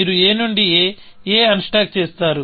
మీరు a నుండి a unstack చేస్తారు